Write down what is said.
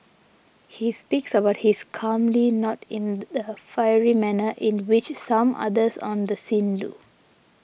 he speaks about this calmly not in the fiery manner in which some others on the scene do